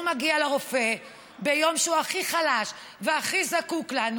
מגיע לרופא ביום שהוא הכי חלש והכי זקוק לנו,